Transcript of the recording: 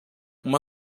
uma